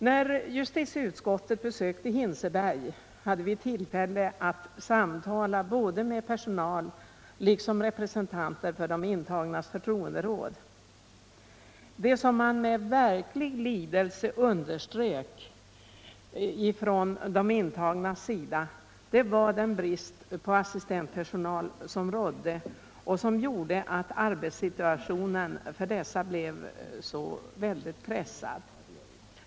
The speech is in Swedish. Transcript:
När justitieutskottet besökte Hinseberg hade vi ullfälle att samtala både med personalen och med de intagnas förtroenderåd. Vad man med verklig lidelse underströk från de intagnas sida var den brist på assistentpersonal som rådde och som gjorde att arbetssituationen för assistenterna blev alltför pressad.